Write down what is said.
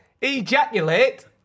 Ejaculate